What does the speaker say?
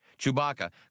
Chewbacca